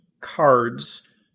cards